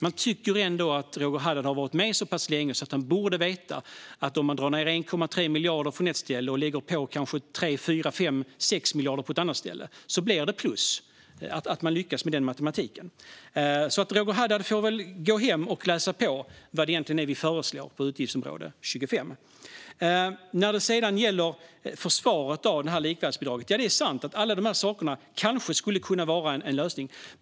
Man tycker ändå att han har varit med så pass länge att han borde veta att om man drar ned med 1,3 miljarder på ett ställe och lägger på kanske 3, 4, 5 eller 6 miljarder på ett annat ställe blir det plus. Han borde lyckas med den matematiken. Roger Haddad får väl gå hem och läsa på om vad det egentligen är vi föreslår på utgiftsområde 25. När det gäller försvaret av likvärdighetsbidraget: Det är sant att alla de här sakerna kanske skulle kunna vara en lösning.